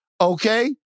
okay